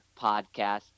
podcast